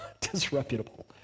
Disreputable